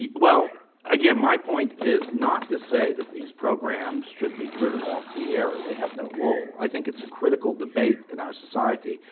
yeah well again my point is not to say that these programs should be driven off the air they have no role. i think it's a critical debate in our society.